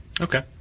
Okay